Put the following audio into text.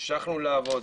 המשכנו לעבוד,